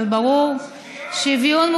שוויון,